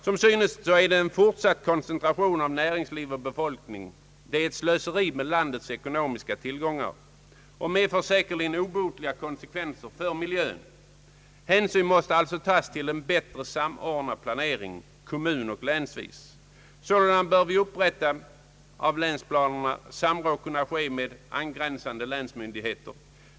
Som synes är en fortsatt koncentration av näringsliv och befolkning ett slöseri med landets ekonomiska tillgångar, och det medför säkerligen obotliga konsekvenser för miljön. Hänsyn måste alltså tas till en bättre samordnad planering kommunoch länsvis. Sålunda bör vid upprättandet av länsplanerna samråd kunna ske med angränsande länsmyndigheter.